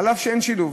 אף-על-פי שאין שילוב